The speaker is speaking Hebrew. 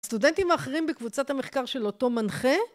סטודנטים אחרים בקבוצת המחקר של אותו מנחה.